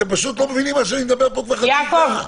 אתם לא מביים מה אני ואמר כבר חצי שעה.